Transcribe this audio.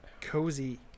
Cozy